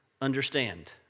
understand